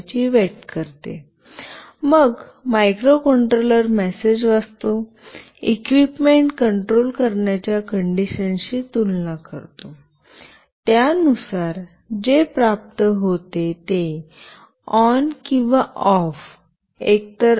मग microcontroller message वाचतो equipment control करण्याच्या कंडिशनशी तुलना करतो त्यानुसार जे प्राप्त होते ते ऑन किंवा ऑफ एकतर